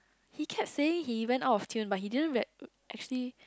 he kept saying he went out of tune but he didn't re~ actually